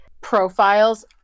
profiles